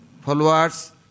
followers